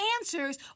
answers